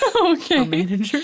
okay